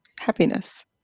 happiness